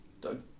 Doug